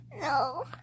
No